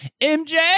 MJ